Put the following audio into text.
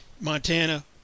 Montana